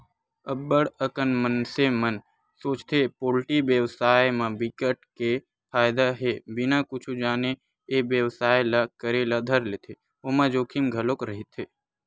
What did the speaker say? अब्ब्ड़ अकन मनसे मन सोचथे पोल्टी बेवसाय म बिकट के फायदा हे बिना कुछु जाने ए बेवसाय ल करे ल धर लेथे ओमा जोखिम घलोक रहिथे